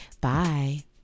Bye